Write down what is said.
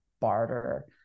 barter